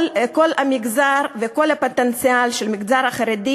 כל הפוטנציאל של המגזר החרדי,